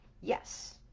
yes